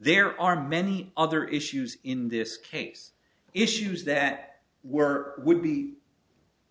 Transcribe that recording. there are many other issues in this case issues that were would be